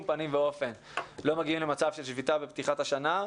פנים ואופן לא מגיעים למצב של שביתה בפתיחת השנה.